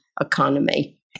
economy